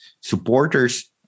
supporters